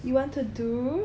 you want to do